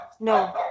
no